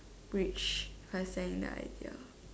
bridge for saying the idea